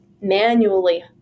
manually